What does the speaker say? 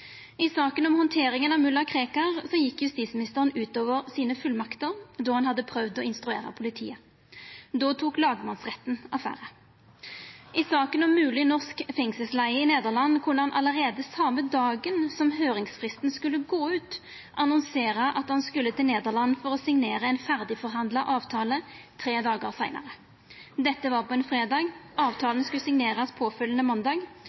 I saka om handteringa av mulla Krekar gjekk justisministeren utover sine fullmakter då han prøvde å instruera politiet. Då tok lagmannsretten affære. I saka om mogleg norsk fengselsleige i Nederland kunne han allereie same dagen som høyringsfristen skulle gå ut, annonsera at han skulle til Nederland for å signera ein ferdigforhandla avtale tre dagar seinare. Dette var på ein fredag. Avtalen skulle signerast påfølgjande måndag.